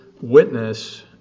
witness